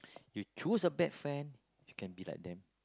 you choose a bad friend you can be like them